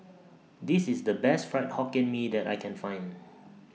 This IS The Best Fried Hokkien Mee that I Can Find